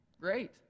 great